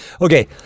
okay